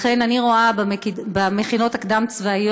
לכן אני רואה במכינות הקדם-צבאיות,